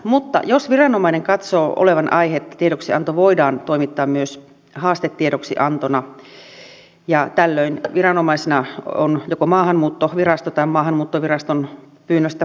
mutta jos viranomainen katsoo olevan aihetta tiedoksianto voidaan toimittaa myös haastetiedoksiantona ja tällöin viranomaisena on joko maahanmuuttovirasto tai maahanmuuttoviraston pyynnöstä poliisi